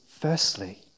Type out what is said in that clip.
firstly